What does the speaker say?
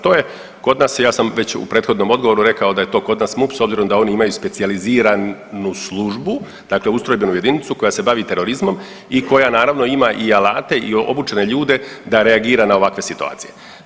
To je, kod nas je, ja sam već u prethodnom odgovoru rekao da je to kod nas MUP s obzirom da oni imaju specijaliziranu službu, dakle ustrojbenu jedinicu koja se bavi terorizmom i koja naravno ima i alate i obučene ljude da reagira na ovakve situacije.